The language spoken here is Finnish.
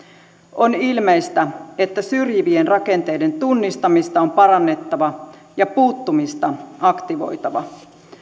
on ilmeistä että syrjivien rakenteiden tunnistamista on parannettava ja puuttumista aktivoitava